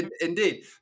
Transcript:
Indeed